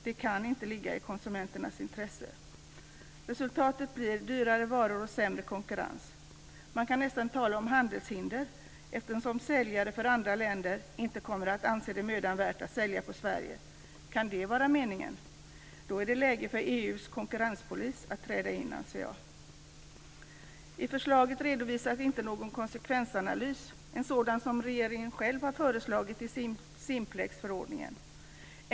Det kan inte ligga i konsumenternas intresse. Resultatet blir dyrare varor och sämre konkurrens. Man kan nästan tala om handelshinder, eftersom säljare från andra länder inte kommer att anse det mödan värt att sälja i Sverige. Kan det vara meningen? Då är det läge för EU:s konkurrenspolis att träda in, anser jag. I förslaget redovisas inte någon konsekvensanalys, en sådan som regeringen själv har föreslagit i simplexförordningen.